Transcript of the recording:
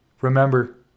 remember